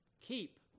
keep